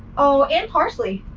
oh, and parsley.